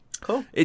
Cool